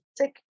take